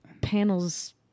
panels